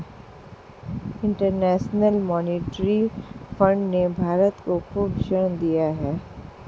international monetary fund ने भारत को खूब ऋण दिया है